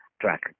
track